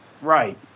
Right